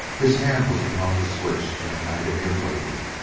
his hand was upon the switch in an agony of waiting.